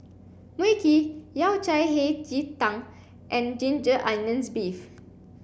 Mui Kee Yao Cai Hei Ji Tang and ginger onions beef